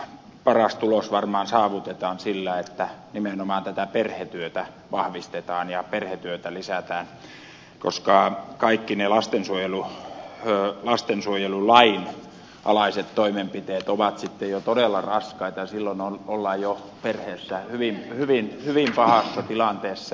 paras tulos varmaan saavutetaan sillä että nimenomaan perhetyötä vahvistetaan ja perhetyötä lisätään koska kaikki ne lastensuojelulain alaiset toimenpiteet ovat sitten jo todella raskaita ja silloin ollaan jo perheessä hyvin pahassa tilanteessa